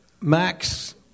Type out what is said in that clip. Max